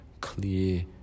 clear